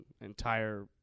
entire